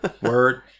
Word